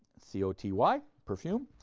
c o t y, perfume,